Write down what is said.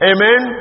Amen